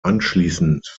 anschließend